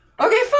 Okay